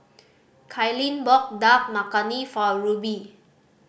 Kailyn bought Dal Makhani for Ruby